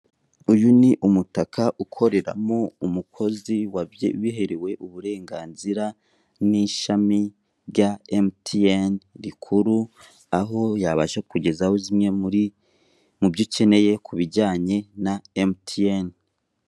Uyu ni umutaka ukoreramo umukozi wabiherewe uburenganzira n'ishami rya emutiyeni, rikuru aho yabasha kugezaho zimwe muri mubyo ukeneye kubijyanye na emutiyeni.